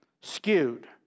skewed